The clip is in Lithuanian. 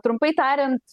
trumpai tariant